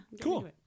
Cool